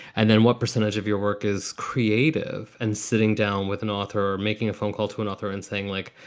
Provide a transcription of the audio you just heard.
and then what percentage of your work is creative and sitting down with an author or making a phone call to an author and saying, like,